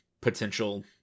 potential